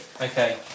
Okay